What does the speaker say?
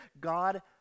God